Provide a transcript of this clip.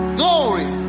glory